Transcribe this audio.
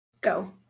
go